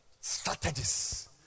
strategies